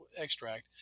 extract